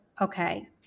okay